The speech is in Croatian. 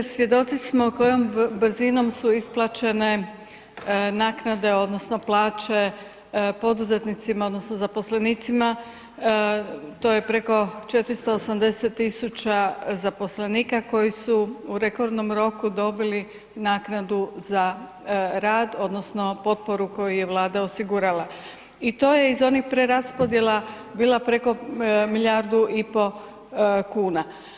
Svjedoci smo s kojom brzinom su isplaćene naknade odnosno plaće poduzetnicima odnosno zaposlenicima, to je preko 480.000 zaposlenika koji su u rekordnom roku dobili naknadu za rad odnosno potporu koju je Vlada osigurala i to je iz onih preraspodjela bila preko milijardu i pol kuna.